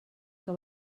que